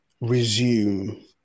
resume